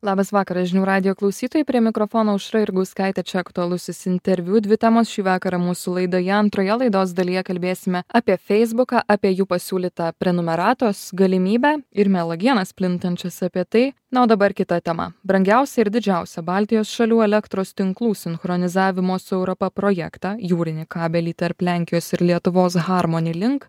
labas vakaras žinių radijo klausytojai prie mikrofono aušra jurgauskaitė čia aktualusis interviu dvi temos šį vakarą mūsų laidoje antroje laidos dalyje kalbėsime apie feisbuką apie jų pasiūlytą prenumeratos galimybę ir melgienas plintančias apie tai na o dabar kita tema brangiausia ir didžiausia baltijos šalių elektros tinklų sinchronizavimo su europa projektą jūrinį kabelį tarp lenkijos ir lietuvos harmoni link